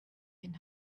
can